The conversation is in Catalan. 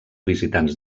visitants